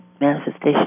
manifestation